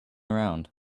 around